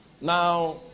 Now